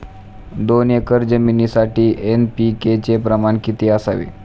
दोन एकर जमिनीसाठी एन.पी.के चे प्रमाण किती असावे?